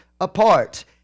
apart